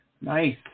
Nice